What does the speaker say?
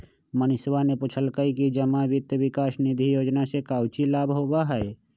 मनीषवा ने पूछल कई कि जमा वित्त विकास निधि योजना से काउची लाभ होबा हई?